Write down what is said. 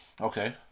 Okay